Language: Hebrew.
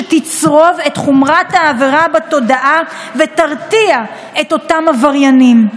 שתצרוב את חומרת העבירה בתודעה ותרתיע את אותם עבריינים.